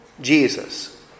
Jesus